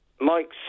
Mike